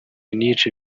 munich